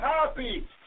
happy